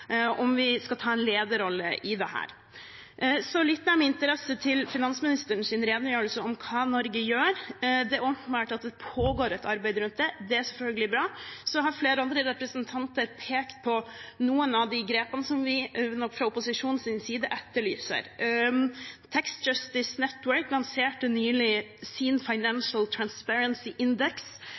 om vi skal ta en lederrolle i dette. Jeg lyttet med interesse til finansministerens redegjørelse om hva Norge gjør. Det er åpenbart at det pågår et arbeid rundt dette. Det er selvfølgelig bra. Så har flere representanter pekt på noen av de grepene som vi fra opposisjonens side etterlyser. Tax Justice Network lanserte nylig sin Financial Secrecy Index,